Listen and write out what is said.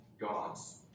gods